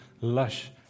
lush